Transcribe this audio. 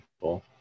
people